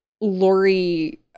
Lori